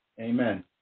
Amen